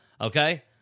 okay